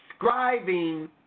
describing